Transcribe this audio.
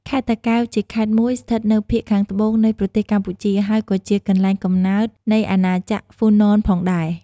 ខេត្តតាកែវជាខេត្តមួយស្ថិតនៅភាគខាងត្បូងនៃប្រទេសកម្ពុជា ហើយក៏ជាកន្លែងកំណើតនៃអាណាចក្រហ្វូណនផងដែរ។